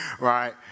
right